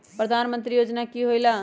प्रधान मंत्री योजना कि होईला?